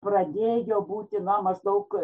pradėjo būti na maždaug